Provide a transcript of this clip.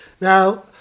Now